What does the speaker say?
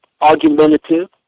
argumentative